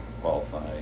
qualify